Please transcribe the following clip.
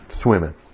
swimming